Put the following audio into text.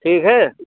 ठीक है